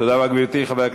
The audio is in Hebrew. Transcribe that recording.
תודה רבה, גברתי.